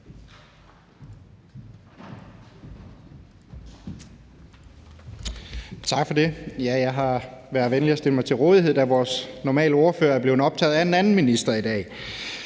Tak for det. Jeg har været venlig at stille mig til rådighed, da vores normale ordfører er optaget af en sag med en anden minister i dag.